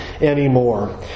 anymore